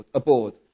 aboard